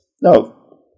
No